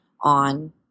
on